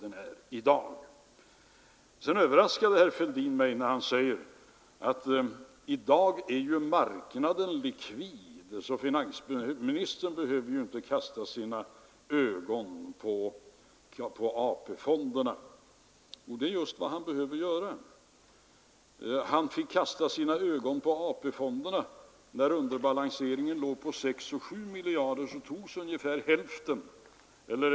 Herr Fälldin överraskade mig med att säga, att i dag är ju marknaden likvid, så finansministern behöver inte kasta sina ögon på AP-fonderna. Jo, det är just vad han behöver göra. Han fick kasta sina ögon på AP-fonderna när underbalanseringen låg på 6—7 miljarder kronor.